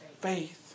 faith